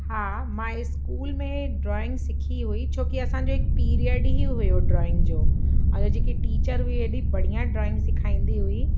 हा मां स्कूल में ड्रॉइंग सिखी हुई छो कि असांजो हिकु पीरियड ई हुयो ड्रॉइंग जो और जो जेकी टीचर हुई एॾी बढ़िया ड्रॉइंग सेखारींदी हुई